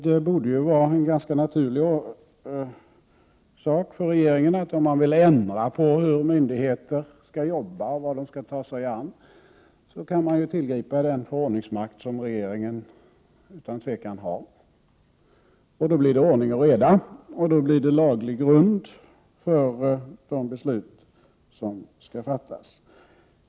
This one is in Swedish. Det borde vara en ganska naturlig sak för regeringen, om den vill ändra på hur myndigheter skall jobba och vad de skall ta sig an, att tillgripa den förordningsmakt som regeringen utan tvivel har. Då blir det ordning och reda, och det blir laglig grund för de beslut som skall fattas.